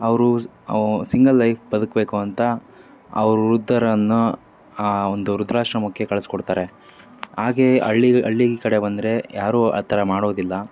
ಅವರು single life ಬದುಕಬೇಕು ಅಂತ ಅವ್ರು ವೃದ್ಧರನ್ನು ಆ ಒಂದು ವೃದ್ಧಾಶ್ರಮಕ್ಕೆ ಕಳಿಸ್ಕೊಡ್ತಾರೆ ಹಾಗೇ ಹಳ್ಳಿ ಹಳ್ಳಿ ಕಡೆ ಬಂದರೆ ಯಾರೂ ಆ ಥರ ಮಾಡೋದಿಲ್ಲ